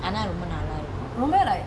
நல்ல இருக்கும்:nalla irukum